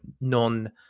non